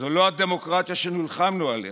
זו לא הדמוקרטיה שנלחמנו עליה.